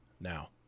now